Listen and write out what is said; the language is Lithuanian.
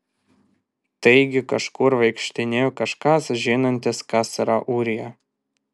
taigi kažkur vaikštinėjo kažkas žinantis kas yra ūrija